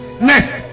Next